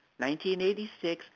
1986